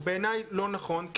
הוא בעיניי לא נכון.